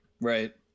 Right